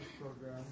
program